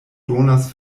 donas